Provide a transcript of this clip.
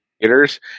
theaters